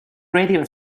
radio